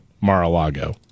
Mar-a-Lago